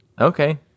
Okay